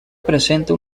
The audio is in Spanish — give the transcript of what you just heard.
presenta